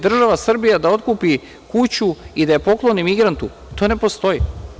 Država Srbija da otkupi kuću i da je pokloni migrantu, to ne postoji.